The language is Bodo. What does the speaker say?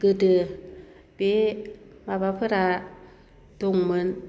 गोदो बे माबाफोरा दंमोन